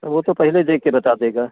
वह तो पहले देखकर बता देगा